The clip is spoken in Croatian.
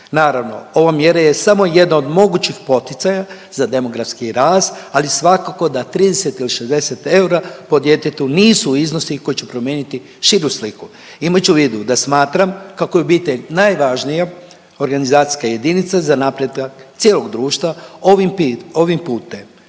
Naravno, ova mjera je samo jedna od mogućih poticaja za demografski rast ali svakako da 30 ili 60 eura po djetetu nisu iznosi koji će promijeniti širu sliku, imajući u vidu da smatram kako je obitelj najvažnija organizacijska jedinica za napredak cijelog društva, ovim putem